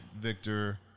Victor